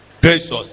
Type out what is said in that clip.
Gracious